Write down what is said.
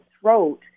throat